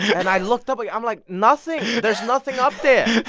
and i looked up. like i'm like, nothing. there's nothing up there,